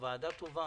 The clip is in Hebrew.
הוועדה טובה.